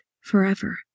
forever